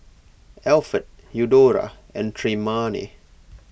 Alferd Eudora and Tremayne